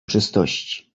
czystości